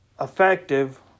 effective